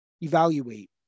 evaluate